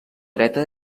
dreta